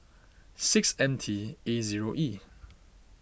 six M T A zero E